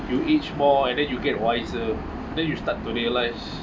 you aged more and then you get wiser then you start to realise